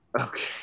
Okay